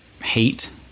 Hate